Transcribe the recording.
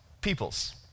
peoples